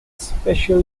special